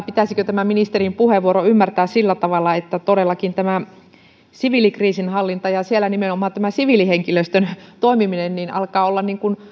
pitäisikö ministerin puheenvuoro ymmärtää sillä tavalla että todellakin siviilikriisinhallinta ja siellä nimenomaan siviilihenkilöstön toimiminen alkavat olla